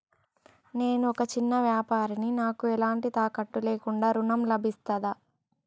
నేను ఒక చిన్న వ్యాపారిని నాకు ఎలాంటి తాకట్టు లేకుండా ఋణం లభిస్తదా?